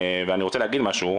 ואני רוצה להגיד משהו,